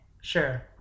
Sure